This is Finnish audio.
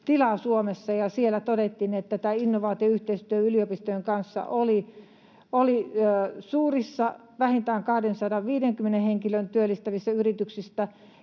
tilaa Suomessa, ja siellä todettiin, että tämä innovaatioyhteistyö yliopistojen kanssa oli suurinta vähintään 250 henkilöä työllistävissä yrityksissä,